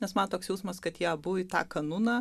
nes man toks jausmas kad jie abu į tą kanuną